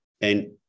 And-